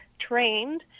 trained